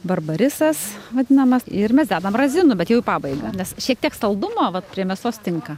barbarisas vadinamas ir mes dedam razinų bet jau į pabaigą nes šiek tiek saldumo vat prie mėsos tinka